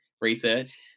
research